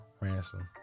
Ransom